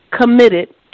committed